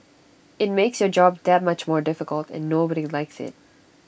IT makes your job that much more difficult and nobody likes IT